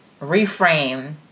reframe